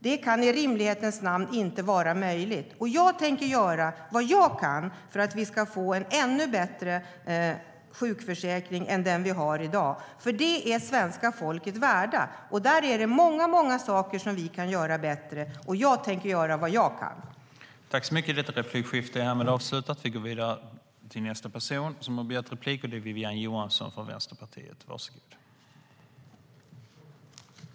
Det kan i rimlighetens namn inte vara möjligt.